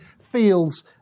feels